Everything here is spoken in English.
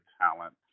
talent